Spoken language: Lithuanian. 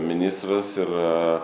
ministras yra